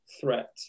threat